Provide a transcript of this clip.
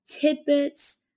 tidbits